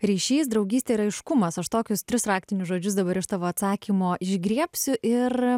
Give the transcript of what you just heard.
ryšys draugystė raiškumas aš tokius tris raktinius žodžius dabar iš tavo atsakymo išgriebsiu ir